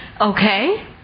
Okay